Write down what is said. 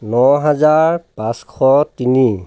ন হাজাৰ পাঁচশ তিনি